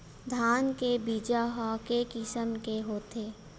धान के बीजा ह के किसम के होथे?